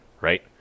right